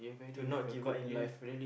to not give up in life